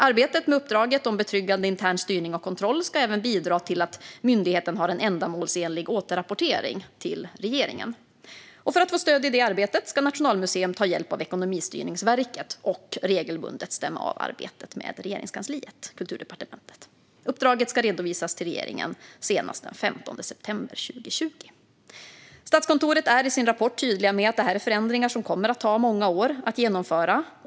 Arbetet med uppdraget om betryggande intern styrning och kontroll ska även bidra till att myndigheten har en ändamålsenlig återrapportering till regeringen. För att få stöd i det arbetet ska Nationalmuseum ta hjälp av Ekonomistyrningsverket och regelbundet stämma av arbetet med Regeringskansliet, Kulturdepartementet. Uppdraget ska redovisas till regeringen senast den 15 september 2020. Statskontoret är i sin rapport tydligt med att det här är förändringar som kommer att ta många år att genomföra.